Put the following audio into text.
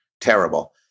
terrible